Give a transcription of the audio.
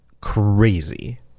crazy